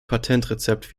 patentrezept